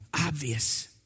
obvious